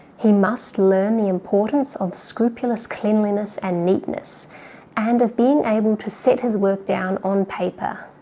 he must learn the importance of scrupulous cleanliness and neatness and of being able to set his work down on paper.